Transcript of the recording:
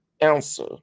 answer